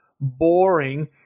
boring